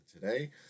Today